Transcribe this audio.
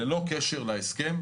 ללא קשר להסכם,